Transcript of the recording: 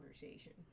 conversation